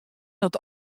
dat